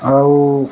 ଆଉ